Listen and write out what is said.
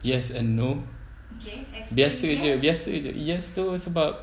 yes and no biasa jer biasa jer yes tu sebab